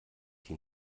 die